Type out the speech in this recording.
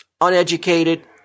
uneducated